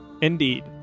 indeed